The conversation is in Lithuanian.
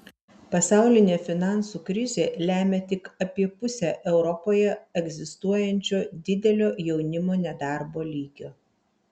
pasaulinė finansų krizė lemia tik apie pusę europoje egzistuojančio didelio jaunimo nedarbo lygio